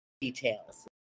details